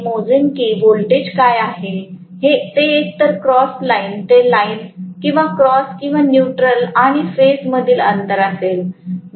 आता मी मोजेन की व्होल्टेज काय आहे ते एकतर क्रॉस लाईन ते लाईन किंवा क्रॉस किंवा न्यूट्रल आणि फेज मधील असेल